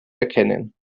erkennen